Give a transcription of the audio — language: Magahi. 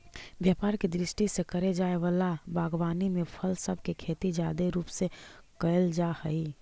व्यापार के दृष्टि से करे जाए वला बागवानी में फल सब के खेती जादे रूप से कयल जा हई